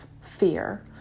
fear